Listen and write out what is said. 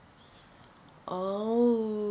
oh